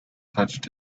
touched